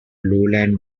lowland